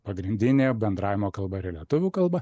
pagrindinė bendravimo kalba yra lietuvių kalba